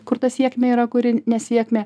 kur ta sėkme yra kuri nesėkmė